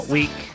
Week